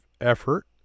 effort